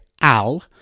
AL